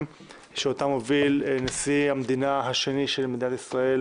שאותם הוביל נשיא המדינה השני של מדינת ישראל,